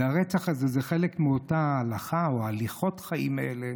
והרצח הזה הוא חלק מאותה הלכה או הליכות חיים אלה.